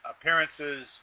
appearances